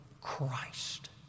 Christ